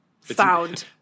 found